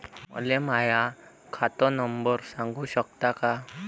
मले माह्या खात नंबर सांगु सकता का?